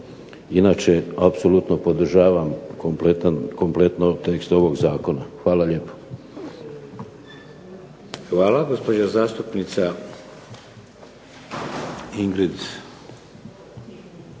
inače apsolutno podržavam kompletno tekst ovog zakona. Hvala lijepo. **Šeks, Vladimir (HDZ)** Hvala.